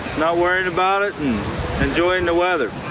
now word about it and and doing the weather.